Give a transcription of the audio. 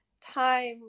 time